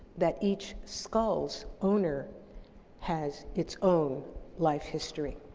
that each skull's owner has its own life history.